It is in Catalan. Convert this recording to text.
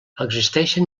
existeixen